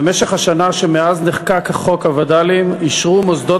במשך השנה שמאז נחקק חוק הווד"לים אישרו מוסדות